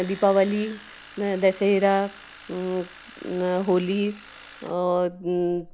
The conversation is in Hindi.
दीपावली दशहरा होली और